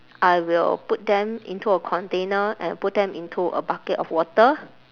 I will put them into a container and put them into a bucket of water